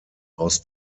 aus